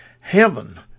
heaven